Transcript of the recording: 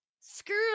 screw